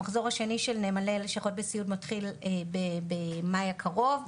המחזור השני של נאמני לשכות בסיעוד מתחיל בחודש מאי הקרוב.